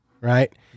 right